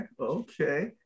okay